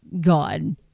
God